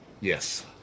Yes